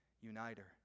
uniter